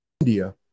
India